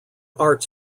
art